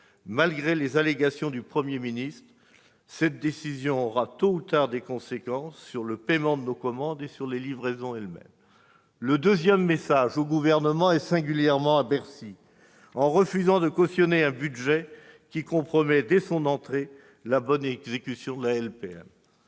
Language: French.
Malgré les allégations du Premier ministre, cette décision aura, tôt ou tard, des conséquences sur le paiement de nos commandes et sur les livraisons elles-mêmes. Le deuxième message s'adresse au Gouvernement, et singulièrement à Bercy. Nous refusons de cautionner un budget qui compromet, dès son entrée en vigueur, la bonne exécution de la